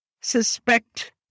suspect